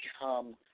become